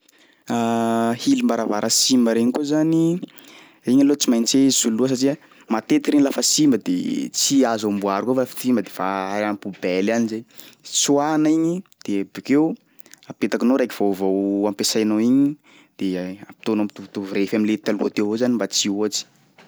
Hilim-baravara simba regny koa zany, regny aloha tsy maintsy soloa satria matetiky regny lafa simba de tsy azo amboary koa fa simba de fa aria am'poubelle agny zay, tsoahana igny de bakeo apetakinao raiky vaovao ampiasainao igny de ataonao mitovitovy refy am'le taloha teo avao zany mba tsy hihoatry.